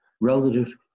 relative